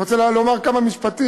אתה רוצה אולי לומר כמה משפטים